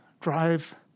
drive